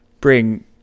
bring